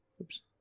Oops